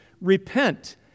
repent